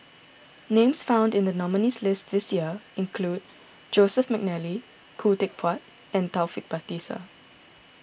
names found in the nominees' list this year include Joseph McNally Khoo Teck Puat and Taufik Batisah